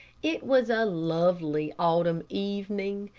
it was a lovely autumn evening.